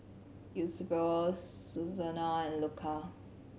Eusebio Susanna and Luca